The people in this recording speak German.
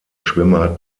schwimmer